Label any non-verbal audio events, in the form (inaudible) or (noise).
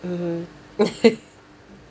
mmhmm (laughs)